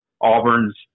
Auburn's